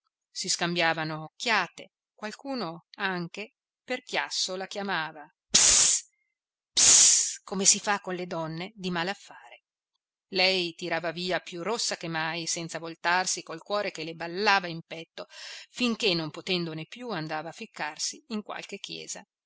si scambiavano occhiate qualcuno anche per chiasso la chiamava ps ps come si fa con le donne di mal affare l'uomo solo luigi pirandello lei tirava via più rossa che mai senza voltarsi col cuore che le ballava in petto finché non potendone più andava a ficcarsi in qualche chiesa